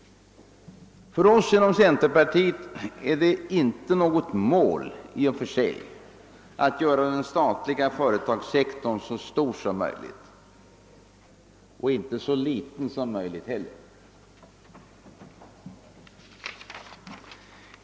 För oss inom centerpartiet är det inte något mål i och för sig att göra den statliga företagssektorn så stor som möjligt — och inte så liten som möjligt heller.